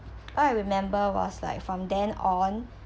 all I remember was like from then on